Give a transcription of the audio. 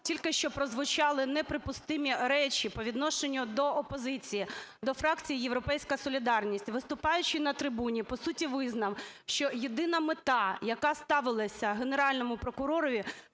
тільки що прозвучали неприпустимі речі по відношенню до опозиції, до фракції "Європейська солідарність". Виступаючий на трибуні, по суті, визнав, що єдина мета, яка ставилася Генеральному прокуророві,